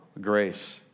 grace